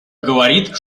говорит